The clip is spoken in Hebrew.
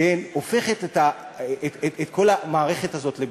הופכים את כל המערכת הזאת לבדיחה.